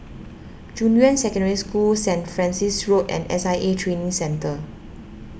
Junyuan Secondary School Saint Francis Road and S I A Training Centre